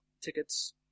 tickets